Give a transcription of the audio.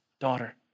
daughter